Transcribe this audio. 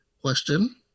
question